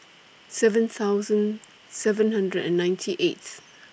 seven thousand seven hundred and ninety eighth